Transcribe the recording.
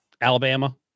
Alabama